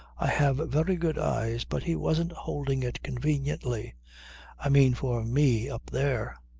i have very good eyes but he wasn't holding it conveniently i mean for me up there.